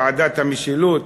ועדת המשילות,